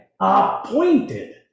appointed